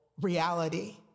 reality